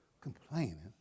complaining